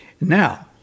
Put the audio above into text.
Now